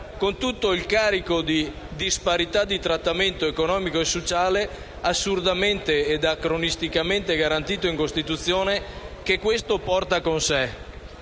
con tutto il carico di disparità di trattamento economico e sociale, assurdamente e anacronisticamente garantito in Costituzione, che questo porta con sé.